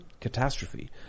catastrophe